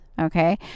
Okay